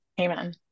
Amen